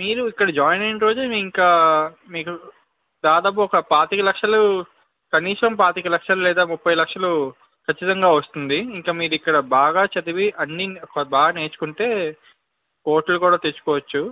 మీరు ఇక్కడ జాయిన్ అయిన రోజుని ఇంకా మీకు దాదాపు ఒక పాతిక లక్షలు కనీసం పాతిక లక్షలు లేదా ముఫై లక్షలు ఖచ్చితంగా వస్తుంది ఇంక మీరు ఇక్కడ బాగా చదివి అన్నీ బాగా నేర్చుకుంటే కోట్లు కూడా తెచ్చుకోవచ్చు